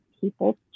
people